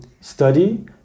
study